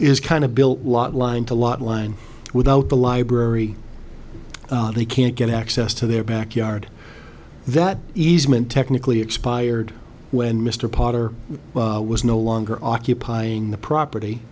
is kind of built a lot line to lot line without the library they can't get access to their backyard that easement technically expired when mr potter was no longer occupying the property